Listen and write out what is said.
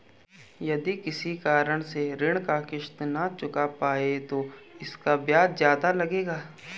यदि किसी कारण से ऋण की किश्त न चुका पाये तो इसका ब्याज ज़्यादा लगेगा?